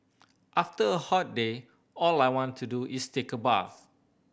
after a hot day all I want to do is take a bath